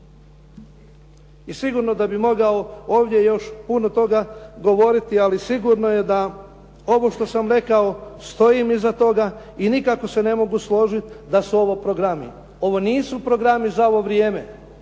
I sigurno da bih mogao ovdje još puno toga govoriti ali sigurno je da ovo što sam rekao stojim iza toga i nikako se ne mogu složiti da su ovo programi. Ovo nisu programi za ovo vrijeme